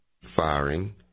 firing